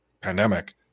Pandemic